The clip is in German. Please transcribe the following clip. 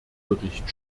bericht